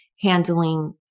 handling